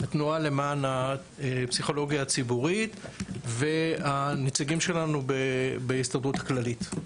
התנועה למען הפסיכולוגיה הציבורית והנציגים שלנו בהסתדרות הכללית.